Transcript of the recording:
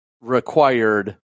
required